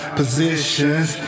positions